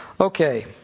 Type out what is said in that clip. Okay